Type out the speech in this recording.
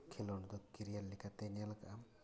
ᱠᱷᱮᱞᱳᱰ ᱫᱚ ᱠᱮᱨᱤᱭᱟᱨ ᱞᱮᱠᱟᱛᱮᱭ ᱧᱮᱞ ᱟᱠᱟᱜᱼᱟ ᱟᱨ ᱮᱴᱟᱜ